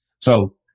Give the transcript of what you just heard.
So-